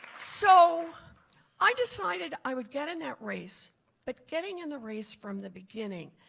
so i decided i would get in that race but getting in the race from the beginning,